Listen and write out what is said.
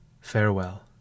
Farewell